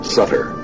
Sutter